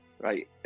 Right